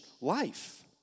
life